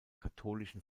katholischen